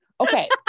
okay